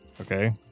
Okay